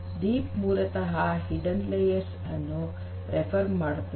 deep ಮೂಲತಃ hidden ಪದರವನ್ನು refer ಮಾಡುತ್ತದೆ